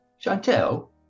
Chantelle